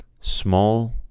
small